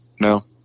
No